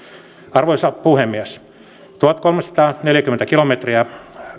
arvoisa puhemies tuhatkolmesataaneljäkymmentä kilometriä